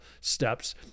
steps